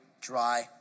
dry